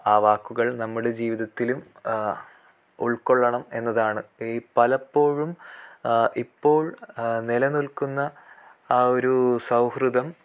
ആ വാക്കുകൾ നമ്മുടെ ജീവിതത്തിലും ഉൾക്കൊള്ളണം എന്നതാണ് ഈ പലപ്പോഴും ഇപ്പോൾ നില നിൽക്കുന്ന ആ ഒരു സൗഹൃദം